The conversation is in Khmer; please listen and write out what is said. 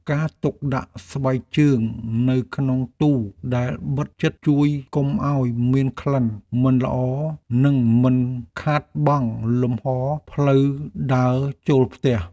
ការទុកដាក់ស្បែកជើងនៅក្នុងទូដែលបិទជិតជួយកុំឱ្យមានក្លិនមិនល្អនិងមិនខាតបង់លំហរផ្លូវដើរចូលផ្ទះ។